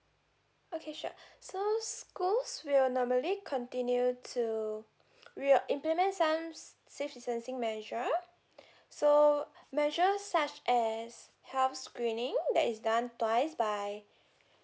okay sure so schools will normally continue to we are implement some safe distancing measure so measures such as health screening that is done twice by